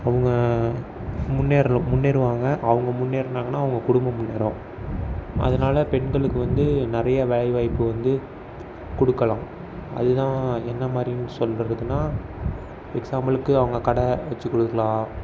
அவங்க முன்னேறணும் முன்னேறுவாங்க அவங்க முன்னேறுனாங்கன்னா அவங்க குடும்பம் முன்னேறும் அதனால் பெண்களுக்கு வந்து நிறையா வேலை வாய்ப்பு வந்து கொடுக்கலாம் அதுதான் என்ன மாதிரினு சொல்கிறதுன்னா எக்ஸாம்பிளுக்கு அவங்க கடை வச்சுக் கொடுக்குலாம்